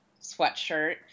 sweatshirt